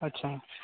अच्छा